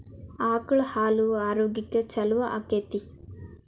ಆಕಳ ಹಾಲು ಆರೋಗ್ಯಕ್ಕೆ ಛಲೋ ಆಕ್ಕೆತಿ?